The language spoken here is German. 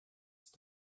ist